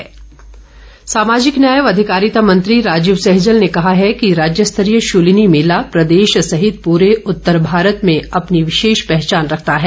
सहजल सामाजिक न्याय व अधिकारिता मंत्री राजीव सहजल ने कहा कि राज्यस्तरीय शुलिनी मेला प्रदेश सहित पूरे उतर भारत में अपनी विशेष पहचान रखता है